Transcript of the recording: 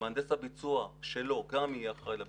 מהנדס הביצוע שלו גם יהיה אחראי לבטיחות.